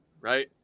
right